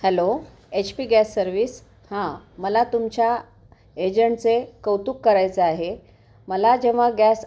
hello H P gas service हां मला तुमच्या एजंटचे कौतुक करायचं आहे मला जेव्हा गॅस